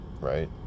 right